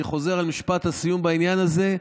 אני חוזר על משפט הסיום בעניין הזה: